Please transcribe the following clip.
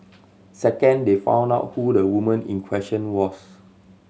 second they found out who the woman in question was